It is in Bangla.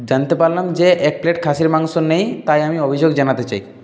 জানতে পারলাম যে এক প্লেট খাসির মাংস নেই তাই আমি অভিযোগ জানাতে চাই